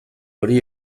hori